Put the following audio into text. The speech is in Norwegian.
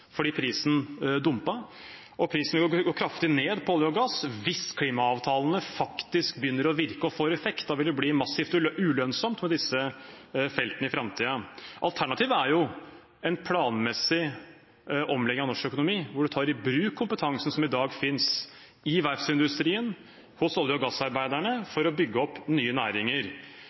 fordi prisen dumpet, og prisen på olje og gass vil jo gå kraftig ned hvis klimaavtalene faktisk begynner å virke og få effekt. Da vil det bli massivt ulønnsomt med disse feltene i framtiden. Alternativet er en planmessig omlegging av norsk økonomi, hvor man tar i bruk kompetansen som i dag finnes i verftsindustrien og hos olje- og gassarbeiderne, for å bygge opp nye næringer.